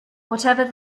whatever